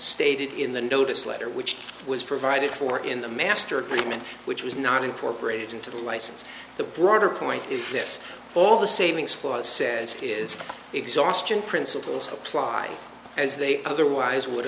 stated in the notice letter which was provided for in the master agreement which was not incorporated into the license the broader point is this all the savings clause says is exhaustion principles apply as they otherwise would